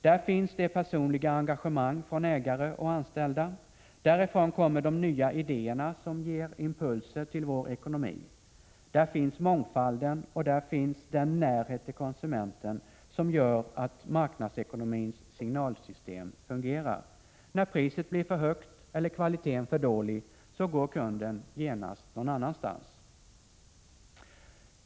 Där finns det personliga engagemanget från ägare och anställda. Därifrån kommer de nya idéerna, som ger impulser till vår ekonomi. Där finns mångfalden, och där finns den närhet till konsumenten som gör att marknadsekonomins signalsystem fungerar — när priset blir för högt eller kvaliteten för dålig går kunden genast någon annanstans.